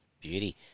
Beauty